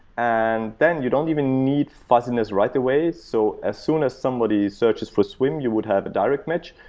and then, you don't even need fuzziness right away. so as soon as somebody searches for swim, you would have a direct match.